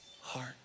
heart